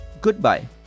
goodbye